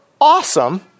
awesome